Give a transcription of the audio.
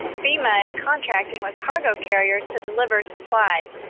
fema is contracting with cargo carriers to deliver supplies.